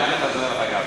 דרך אגב.